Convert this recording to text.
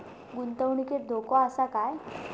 गुंतवणुकीत धोको आसा काय?